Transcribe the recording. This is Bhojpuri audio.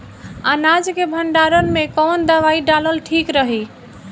अनाज के भंडारन मैं कवन दवाई डालल ठीक रही?